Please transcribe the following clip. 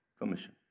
commission